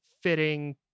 fitting